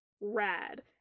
Rad